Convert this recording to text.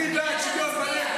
אני בעד שוויון בנטל.